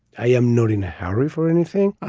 i am not in a hurry for anything. ah